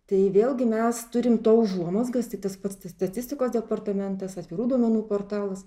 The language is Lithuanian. tai vėlgi mes turim to užuomazgas tai tas pats statistikos departamentas atvirų duomenų portalas